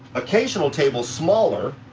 occasional tables smaller.